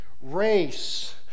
race